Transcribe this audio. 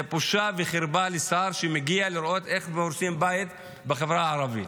זה בושה וחרפה לשר שמגיע לראות איך הורסים בית בחברה הערבית.